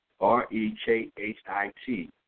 R-E-K-H-I-T